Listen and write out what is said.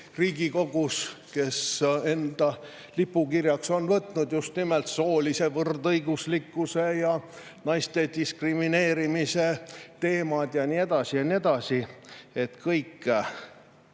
erakondi, kes enda lipukirjaks on võtnud just nimelt soolise võrdõiguslikkuse, naiste diskrimineerimise teemad ja nii edasi. Ma usun, et kõik